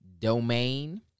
domain